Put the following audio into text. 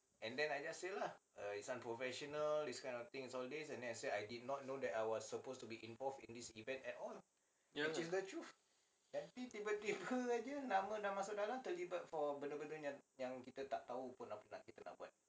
ya